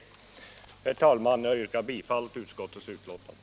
Herr talman! Jag yrkar bifall till utskottets hemställan.